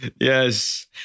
Yes